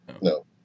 No